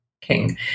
king